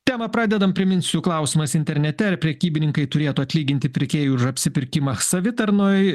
temą pradedam priminsiu klausimas internete ar prekybininkai turėtų atlyginti pirkėjui už apsipirkimą savitarnoj